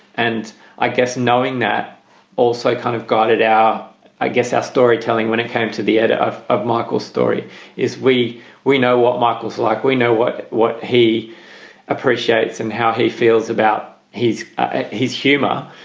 and i guess knowing that also kind of got it. our i guess our storytelling when it came to the and idea of michael's story is we we know what michael's like. we know what what he appreciates and how he feels about his his humor.